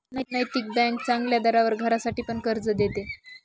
नैतिक बँक चांगल्या दरावर घरासाठी पण कर्ज देते